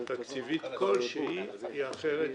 ברגע שהודיעו הכנסת מתפזרת,